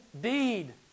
deed